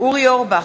אורי אורבך,